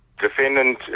defendant